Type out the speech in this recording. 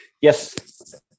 Yes